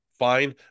fine